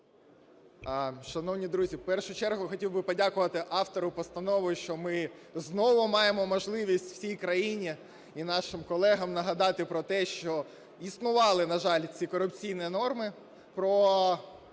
Шановні друзі, в першу чергу, я хотів би подякувати автору постанови, що ми знову маємо можливість всій країні і нашим колегам нагадати про те, що існували, на жаль, ці корупційні норми